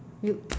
you